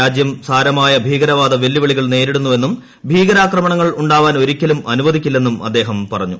രാജ്യം സാരമായ ഭീകരവാദ വെല്ലുവിളികൾ നേരിടുന്നുവെന്നും ഭീകരാക്രമണങ്ങൾ ഉണ്ടാവാൻ ഒരിക്കലും അനുവദിക്കില്ലെന്നും അദ്ദേഹം പറഞ്ഞു